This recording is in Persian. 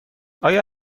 آیا